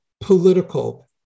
political